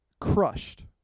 Crushed